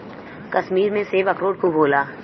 कश्मीर में सेब, अखरोट खूब होला